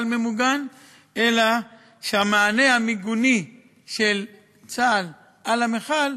ממוגן אלא שהמענה המיגוני של צה"ל על המכל,